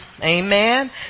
Amen